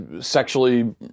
sexually